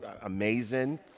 amazing